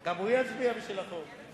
גם הוא יצביע בשביל החוק.